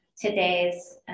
today's